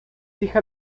hija